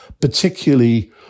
particularly